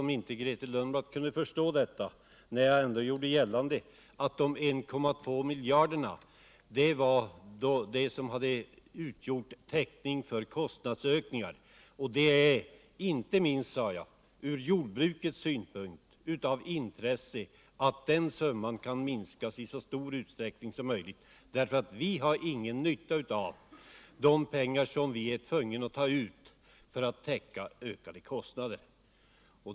Jag tycker att Grethe Lundblad borde förstå detta, när jag ändå gjorde gällande att de 1,2 miljarderna hade utgjort täckning för kostnadsökningar. Det är, sade jag, inte minst från jordbrukets synpunkt av intresse att den summan kan minskas i så stor utsträckning som möjligt, därför aut vi inte har någon nytta av de pengar vi är tvungna att ta ut för att täcka ökade kostnader.